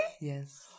Yes